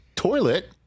toilet